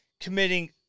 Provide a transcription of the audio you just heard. committing